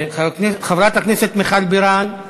חברת הכנסת מיכל בירן,